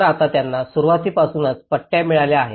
तर आता त्यांना सुरुवातीपासूनच पाट्या मिळाल्या आहेत